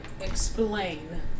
explain